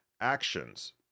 actions